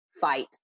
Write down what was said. fight